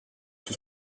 tout